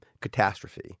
catastrophe